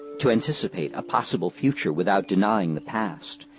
to anticipate a possible future without denying the past,